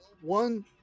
one